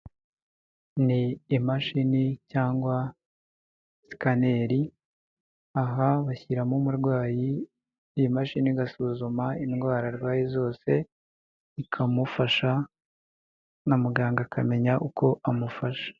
Ni imashini cyangwa sikaneri, aha bashyiramo umurwayi iyi mashini igasuzuma indwara arwaye zose ikamufasha na muganga akamenya uko amufasha.